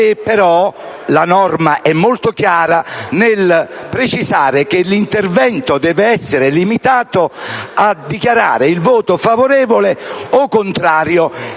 la norma e molto chiara nel precisare che l’intervento deve essere limitato a dichiarare il voto favorevole, contrario